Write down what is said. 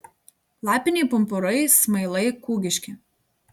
lapiniai pumpurai smailai kūgiški